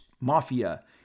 mafia